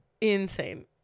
insane